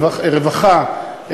רווחה,